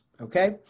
Okay